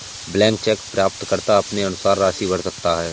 blank cheque प्राप्तकर्ता अपने अनुसार राशि भर सकता है